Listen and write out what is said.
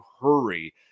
hurry